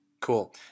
Cool